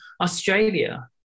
Australia